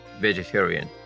vegetarian